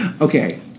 Okay